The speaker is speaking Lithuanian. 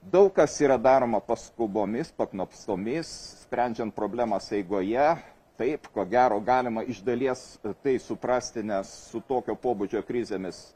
daug kas yra daroma paskubomis paknopstomis sprendžiant problemas eigoje taip ko gero galima iš dalies tai suprasti nes su tokio pobūdžio krizėmis